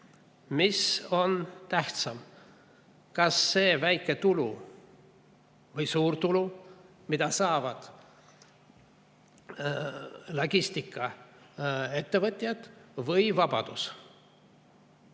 mis on tähtsam, kas see väike või suur tulu, mida saavad logistikaettevõtjad, või vabadus?